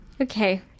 Okay